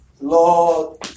Lord